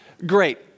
Great